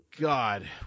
God